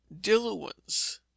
diluents